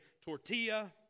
tortilla